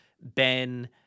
Ben